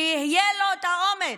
שיהיה לו האומץ.